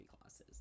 classes